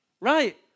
right